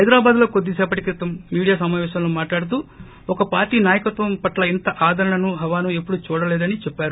హైదరాబాద్లో కొద్ది సేపటి క్రితం మీడియా సమాపేశంలో మాట్లాడుతూ ఒక పార్టీ నాయకత్వం పట్ల ఇంత ఆదరణను హవాను ఎప్పుడూ చూడలేదని చెప్పారు